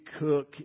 cook